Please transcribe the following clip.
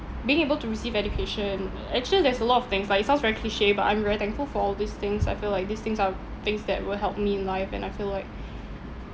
being able to receive education uh actually there's a lot of things lah it sounds very cliche but I'm very thankful for all these things I feel like these things are things that will help me in life and I feel like